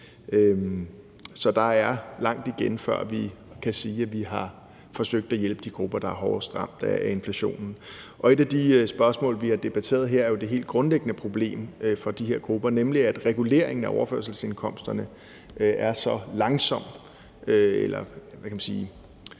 Så der er langt igen, før vi kan sige, at vi har forsøgt at hjælpe de grupper, der er hårdest ramt af inflationen. Og et af de spørgsmål, vi har debatteret her, er jo det helt grundlæggende problem for de her grupper, nemlig at reguleringen af overførselsindkomsterne er så langsom eller – hvad kan man sige